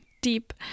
deep